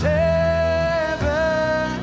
heaven